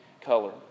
color